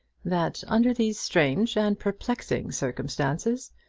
that under these strange and perplexing circumstances,